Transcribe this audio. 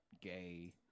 gay